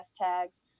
hashtags